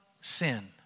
sin